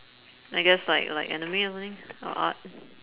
I guess like like anime or something or art